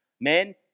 Men